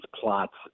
plots